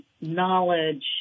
knowledge